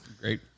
great